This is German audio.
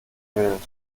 quält